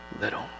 little